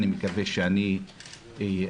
אני מקווה שאני אעמוד